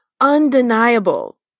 undeniable